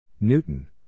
Newton